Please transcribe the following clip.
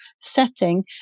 setting